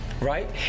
right